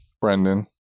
Brendan